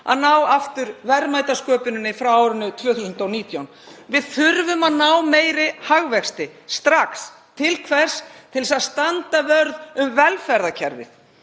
að ná aftur verðmætasköpuninni frá 2019. Við þurfum að ná mun meiri hagvexti, strax. Til hvers? Til þess að standa vörð um velferðarkerfið.